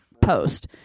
post